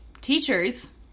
teachers